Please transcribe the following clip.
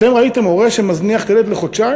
אתם ראיתם הורה שמזניח את הילד לחודשיים?